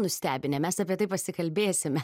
nustebinę mes apie tai pasikalbėsime